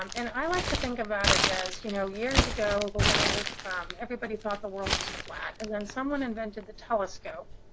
um and i like to think about it as, you know, years ago the world everybody thought the world was flat, and then someone invented the telescope.